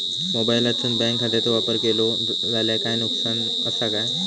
मोबाईलातसून बँक खात्याचो वापर केलो जाल्या काय नुकसान असा काय?